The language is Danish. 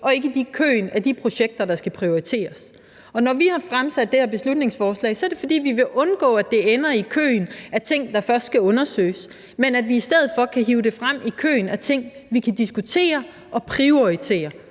og ikke i køen af de projekter, der skal prioriteres. Og når vi har fremsat det her beslutningsforslag, er det, fordi vi vil undgå, at det ender i køen af ting, der først skal undersøges – så vi i stedet for kan hive det frem i køen af ting, vi kan diskutere og prioritere.